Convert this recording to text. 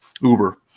Uber